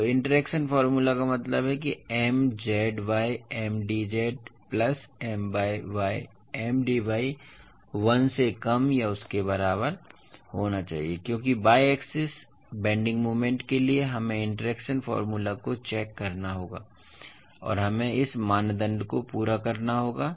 तो interaction formula का मतलब है कि Mz by Mdz plus My by Mdy 1 से कम या उसके बराबर होना चाहिए क्योंकि बायएक्सिस बेन्डिंग मोमेंट के लिए हमें इंटरैक्शन फॉर्मूला को चेक करना होगा और हमें इस मानदंड को पूरा करना होगा